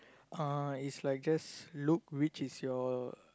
uh is like just look which is your